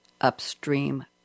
upstream